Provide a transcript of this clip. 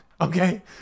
Okay